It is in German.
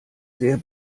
sehr